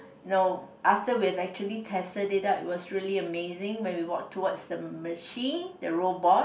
no after we have actually tested it out it was really amazing when we walked towards the machine the robot